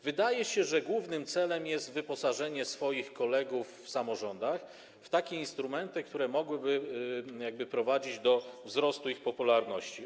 Wydaje się, że głównym celem jest wyposażenie swoich kolegów w samorządach w takie instrumenty, które mogłyby prowadzić do wzrostu ich popularności.